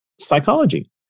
psychology